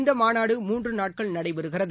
இந்தமாநாடு மூன்றுநாட்கள் நடைபெறுகிறது